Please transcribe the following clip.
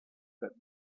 that